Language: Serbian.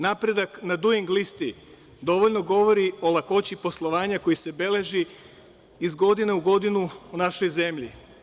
Napredak na Duing listi dovoljno govori o lakoći poslovanja koji se beleži iz godine u godinu u našoj zemlji.